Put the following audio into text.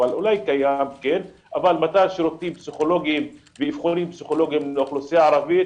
אבל מתן שירותים פסיכולוגיים לאוכלוסייה הערבית,